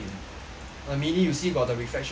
uh melee you see got the reflection eh